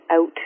out